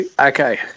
Okay